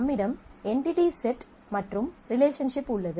நம்மிடம் entity set மற்றும் relationship உள்ளது